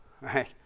right